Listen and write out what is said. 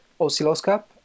Oscilloscope